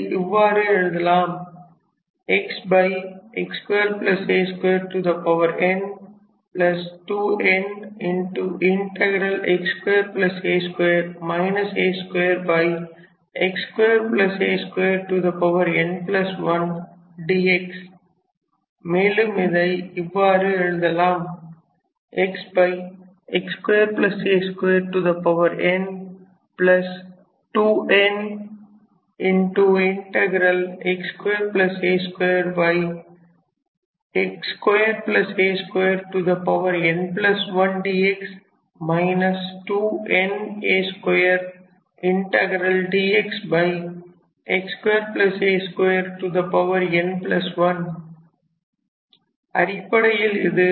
இதை இவ்வாறு எழுதலாம் மேலும் இதை இவ்வாறு எழுதலாம் அடிப்படையில் இது